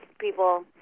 people